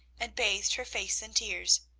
and bathed her face in tears.